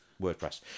WordPress